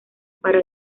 para